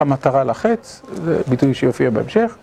המטרה לחץ, זה ביטוי שיופיע בהמשך.